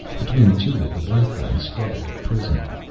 between two of the black ones struggled a prisoner.